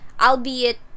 albeit